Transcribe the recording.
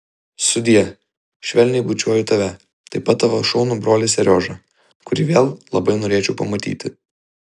sudie švelniai bučiuoju tave taip pat tavo šaunų brolį seriožą kurį vėl labai norėčiau pamatyti